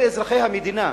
אלה אזרחי המדינה.